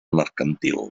mercantil